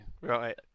Right